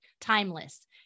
timeless